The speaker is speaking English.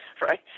right